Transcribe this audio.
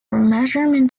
measurement